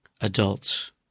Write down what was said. adults